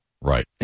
right